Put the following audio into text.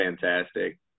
fantastic